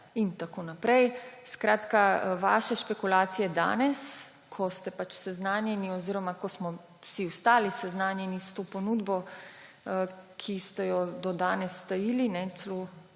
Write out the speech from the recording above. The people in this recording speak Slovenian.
in tako naprej. Skratka, vaše špekulacije danes, ko ste seznanjeni oziroma ko smo vsi ostali seznanjeni s to ponudbo, ki ste jo do danes tajili, še